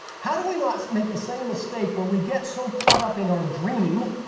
how do we not make the same mistake where we get so caught up in our dream,